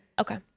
okay